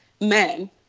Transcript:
men